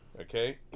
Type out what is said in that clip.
Okay